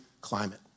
climate